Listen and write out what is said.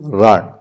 run